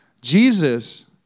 Jesus